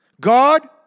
God